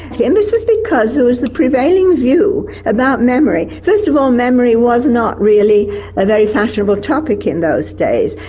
and this was because there was the prevailing view about memory. first of all memory was not really a very fashionable topic in those days.